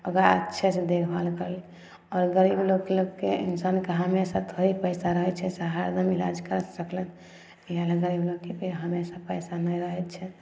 ओकरा अच्छे से देखभाल कयली आओर गरीब लोकके इन्सानके हमेशा थोड़ी पैसा रहै छै से हरदम ईलाज करा सकलै इहए लए गरीब लोकके हमेशा पैसा नहि रहै छै